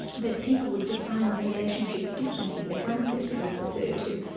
that people would define their relationships differently. that one person would refer to